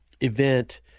event